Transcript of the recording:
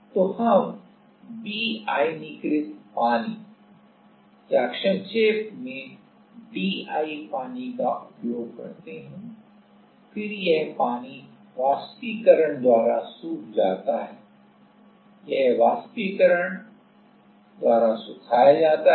तो हम विआयनीकृत पानी या संक्षेप में DI पानी को उपयोग करते हैं फिर यह पानी वाष्पीकरण द्वारा सूख जाता है यह वाष्पीकरण द्वारा सुखाया जाता है